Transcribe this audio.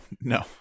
no